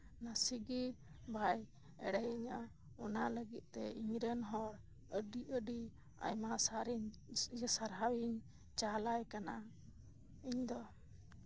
ᱱᱟᱥᱮ ᱜᱮ ᱵᱟᱭ ᱮᱲᱮᱭᱤᱧᱟ ᱚᱱᱟ ᱞᱟᱹᱜᱤᱫ ᱛᱮ ᱤᱧ ᱨᱮᱱ ᱦᱚᱲ ᱟᱹᱰᱤ ᱟᱹᱰᱤ ᱟᱭᱢᱟ ᱥᱟᱨ ᱥᱟᱨᱦᱟᱣᱤᱧ ᱪᱟᱞᱟᱭ ᱠᱟᱱᱟ ᱤᱧ ᱫᱚ